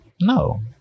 No